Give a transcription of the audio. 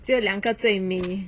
只有两个最美